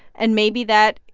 and maybe that.